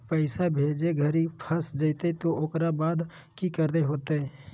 पैसा भेजे घरी फस जयते तो ओकर बाद की करे होते?